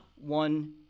one